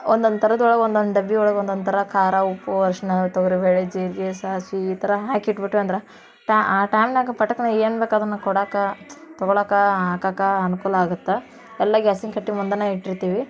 ಒಂದೊಂದು ಥರದೊಳಗೆ ಒಂದೊಂದು ಡಬ್ಬಿಯೊಳಗೆ ಒಂದೊಂದು ಥರ ಖಾರ ಉಪ್ಪು ಅರಿಶ್ಣ ತೊಗರಿಬೇಳೆ ಜೀರಿಗೆ ಸಾಸ್ವೆ ಈ ಥರ ಹಾಕಿಟ್ಬಿಟ್ವಿ ಅಂದ್ರೆ ಟ ಆ ಟೈಮ್ನಾಗ ಪಟಕ್ನೆ ಏನು ಬೇಕೋ ಅದನ್ನು ಕೊಡಕ್ಕೆ ತೊಗೊಳಕ್ಕೆ ಹಾಕಕ್ಕೆ ಅನುಕೂಲ ಆಗುತ್ತೆ ಎಲ್ಲ ಗ್ಯಾಸಿನ ಕಟ್ಟೆ ಮುಂದೆನೇ ಇಟ್ಟಿರ್ತೀವಿ